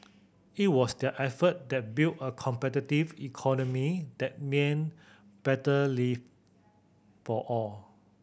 it was their effort that built a competitive economy that meant better live for all